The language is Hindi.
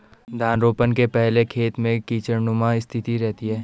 धान रोपने के पहले खेत में कीचड़नुमा स्थिति रहती है